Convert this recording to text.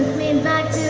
me and back